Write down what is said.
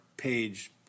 page